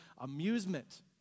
amusement